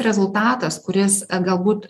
rezultatas kuris galbūt